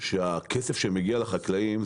שהכסף שמגיע לחקלאים,